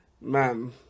Man